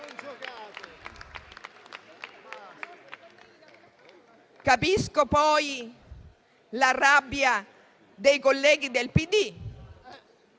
Capisco poi la rabbia dei colleghi del PD,